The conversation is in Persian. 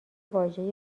واژه